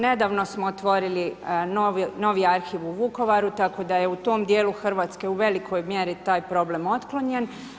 Nedavno smo otvorili novi arhiv u Vukovaru, tako da je u tom dijelu Hrvatske u velikoj mjeri taj problem otklonjen.